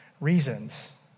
reasons